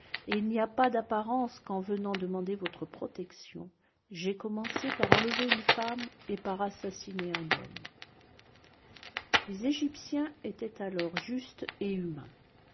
il n'y a pas d'apparence qu'en venant demander votre protection j'aie commencé par enlever une femme et par assassiner un homme les egyptiens étaient alors justes et humains